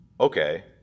Okay